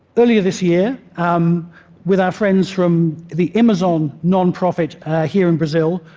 earlier this year, um with our friends from the imazon nonprofit here in brazil,